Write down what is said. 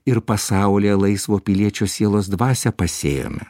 ir pasaulyje laisvo piliečio sielos dvasia pasėjome